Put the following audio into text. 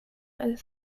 and